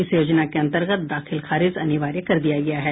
इस योजना के अन्तर्गत दाखिल खारिज अनिवार्य कर दिया गया है